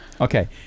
Okay